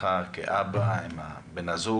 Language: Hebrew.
אתך כאב, עם בן הזוג.